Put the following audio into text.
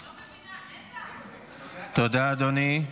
תודה, אדוני.